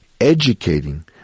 educating